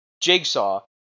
Jigsaw